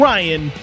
Ryan